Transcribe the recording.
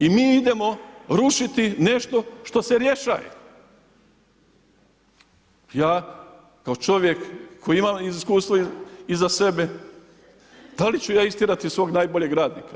I mi idemo rušiti nešto što se rješaje, ja kao čovjek koji imam iskustvo iza sebe, da li ću ja istjerati svojeg najboljeg radnika?